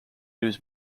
news